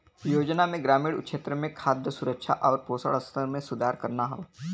योजना में ग्रामीण क्षेत्र में खाद्य सुरक्षा आउर पोषण स्तर में सुधार करना हौ